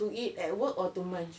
to eat at work or to munch